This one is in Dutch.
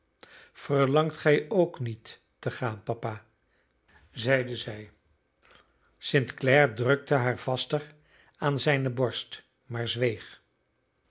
verlangt gij ook niet te gaan papa zeide zij st clare drukte haar vaster aan zijne borst maar zweeg